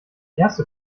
erste